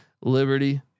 Liberty